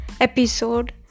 episode